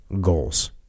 goals